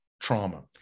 trauma